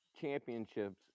championships